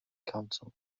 council